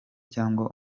cyangwa